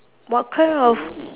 what kind of